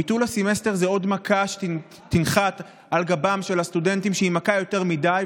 ביטול הסמסטר זה עוד מכה שתנחת על גבם של הסטודנטים שהיא מכה יותר מדי,